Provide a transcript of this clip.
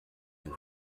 and